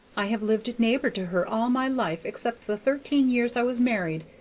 i have lived neighbor to her all my life except the thirteen years i was married,